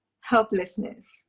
helplessness